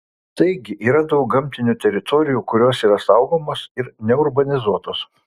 taigi yra daug gamtinių teritorijų kurios yra saugomos ir neurbanizuotos